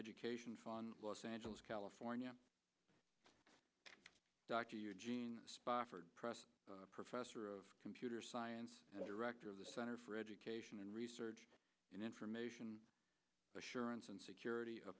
education fund los angeles california dr eugene spofford press professor of computer science director of the center for education and research and information assurance and security